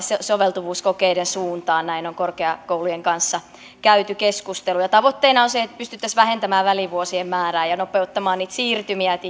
soveltuvuuskokeiden suuntaan näin on korkeakoulujen kanssa käyty keskusteluja tavoitteena on se että pystyttäisiin vähentämään välivuosien määrää ja ja nopeuttamaan siirtymiä niin että